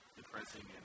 depressing